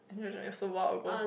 i don't know it's a while ago